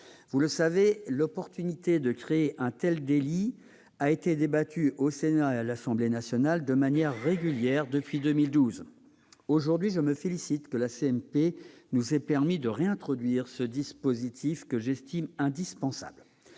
Vous le savez, l'opportunité de créer un tel délit est débattue au Sénat et à l'Assemblée nationale de manière régulière depuis 2012. Je me félicite que la commission mixte paritaire nous ait permis de réintroduire ce dispositif que j'estime indispensable.